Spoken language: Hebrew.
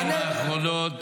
בשנים האחרונות